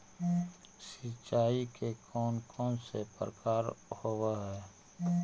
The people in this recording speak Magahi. सिंचाई के कौन कौन से प्रकार होब्है?